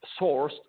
sourced